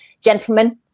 gentlemen